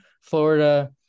Florida